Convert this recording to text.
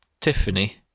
Tiffany